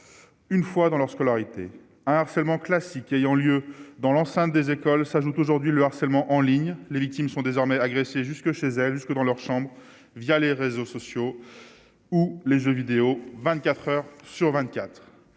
une fois dans lorsque l'arrêté harcèlement classique ayant lieu dans l'enceinte des écoles s'ajoute aujourd'hui le harcèlement en ligne, les victimes sont désormais agressé jusque chez elle, jusque dans leurs chambres, via les réseaux sociaux ou les jeux vidéo 24 heures sur 24